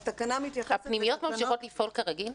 הפנימיות ממשיכות לפעול כרגיל?